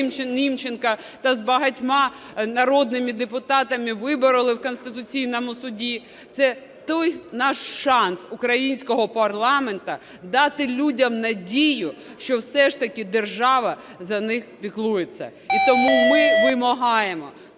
Німченком та з багатьма народними депутатами вибороли в Конституційному Суді. Це той наш шанс українського парламенту дати людям надію, що все ж таки держава за них піклується. І тому ми вимагаємо